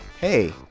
hey